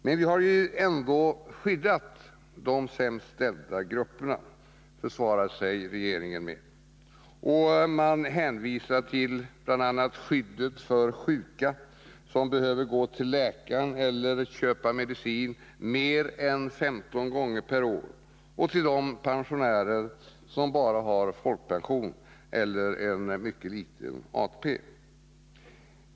”Men vi har ju ändå skyddat de sämst ställda grupperna”, försvarar sig regeringen, och hänvisar till skyddet för sjuka som behöver gå till läkaren eller köpa medicin mer än 15 gånger per år och till de pensionärer som bara har folkpension eller en mycket liten ATP.